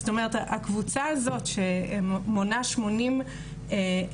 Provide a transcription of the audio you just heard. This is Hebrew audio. זאת אומרת הקבוצה הזאת שמונה 80 תיקים